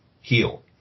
heal